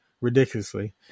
ridiculously